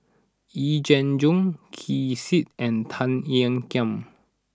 Yee Jenn Jong Ken Seet and Tan Ean Kiam